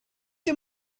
you